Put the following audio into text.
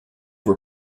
were